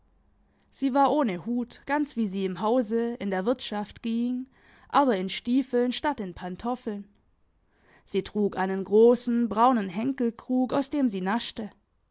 sie war ohne hut ganz wie sie im hause in der wirtschaft ging aber in stiefeln statt in pantoffeln sie trug einen grossen braunen henkelkrug aus dem sie naschte